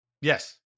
Yes